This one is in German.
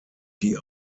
die